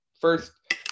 first